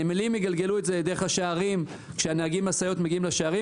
הנמלים יגלגלו את זה דרך השערים כשנהגי משאיות מגיעים לשערים,